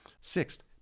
Sixth